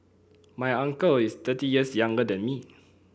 my uncle is thirty years younger than me